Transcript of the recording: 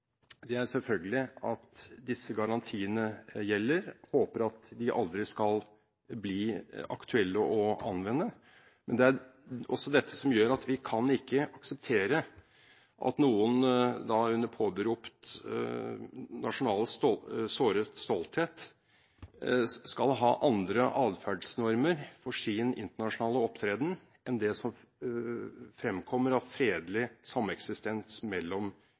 er selvfølgelig at disse garantiene gjelder – jeg håper at de aldri skal bli aktuelle å anvende – men det er også dette som gjør at vi ikke kan akseptere at noen under påberopt nasjonal såret stolthet skal ha andre atferdsnormer for sin internasjonale opptreden enn det som fremkommer av fredelig sameksistens mellom